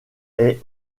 est